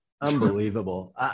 Unbelievable